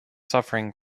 suffering